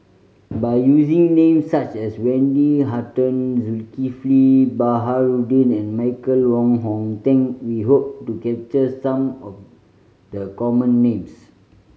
by using names such as Wendy Hutton Zulkifli Baharudin and Michael Wong Hong Teng we hope to capture some of the common names